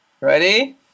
ready